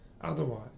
Otherwise